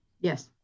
Yes